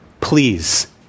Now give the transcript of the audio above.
Please